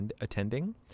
attending